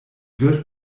wird